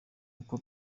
uko